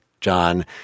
John